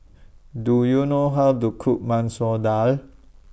Do YOU know How to Cook Masoor Dal